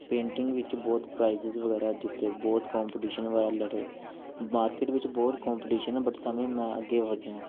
painting ਵਿੱਚ ਬਹੁਤ prizes ਵਗੈਰਾ ਜਿੱਤੇ ਬਹੁਤ ਕੋਂਪੀਟੀਸ਼ਨ ਵਗੈਰਾ ਲੜੇ ਮਾਰਕੀਟ ਵਿੱਚ ਬਹੁਤ ਕੋਂਪੀਟੀਸ਼ਨ ਬਟ ਤਾਂ ਵੀ ਮੈਂ ਅੱਗੇ ਵਧਿਆ